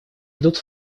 идут